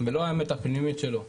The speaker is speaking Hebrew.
ולא האמת הפנימית שלו,